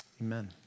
Amen